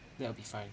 that will be fine